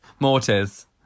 Mortis